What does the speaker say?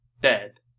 dead